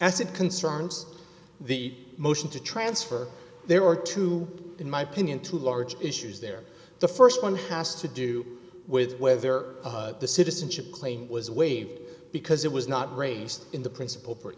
it concerns the motion to transfer there are two in my opinion two large issues there the st one has to do with whether the citizenship claim was waived because it was not raised in the principal